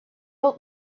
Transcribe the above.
old